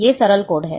ये सरल कोड हैं